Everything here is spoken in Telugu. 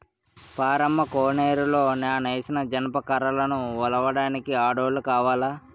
పారమ్మ కోనేరులో నానేసిన జనప కర్రలను ఒలడానికి ఆడోల్లు కావాల